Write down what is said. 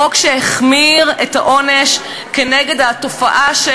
חוק שהחמיר את העונש כנגד התופעה של